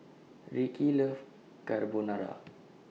Rickey loves Carbonara